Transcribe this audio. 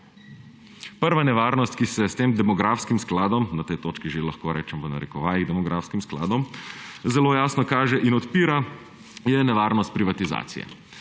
Prva nevarnost, ki se s tem demografskim skladom, na tej točki že lahko rečem v narekovajih demografskim skladom, zelo jasno kaže in odpira, je nevarnost privatizacije.